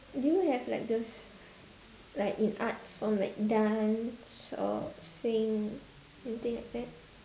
do you have like those like in arts from like dance or singing anything like that